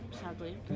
sadly